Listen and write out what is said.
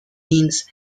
means